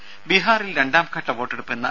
രുര ബീഹാറിൽ രണ്ടാംഘട്ട വോട്ടെടുപ്പ് ഇന്ന്